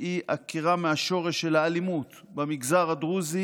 שהיא עקירה מהשורש של האלימות במגזר הדרוזי